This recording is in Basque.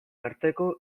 arteko